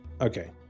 okay